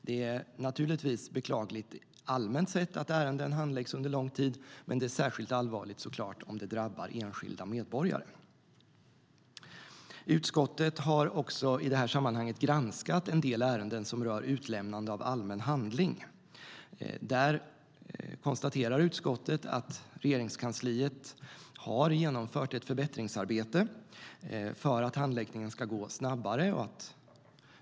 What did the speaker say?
Det är naturligtvis beklagligt allmänt sett att ärenden handläggs under lång tid, men det är särskilt allvarligt om det drabbar enskilda medborgare.I det här sammanhanget har utskottet också granskat en del ärenden som rör utlämnande av allmän handling och konstaterar att Regeringskansliet har genomfört ett förbättringsarbete för att handläggningen ska gå snabbare.